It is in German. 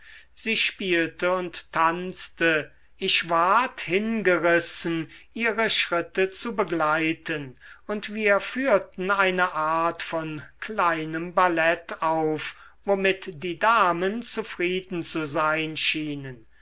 sie spielte und tanzte ich ward hingerissen ihre schritte zu begleiten und wir führten eine art von kleinem ballett auf womit die damen zufrieden zu sein schienen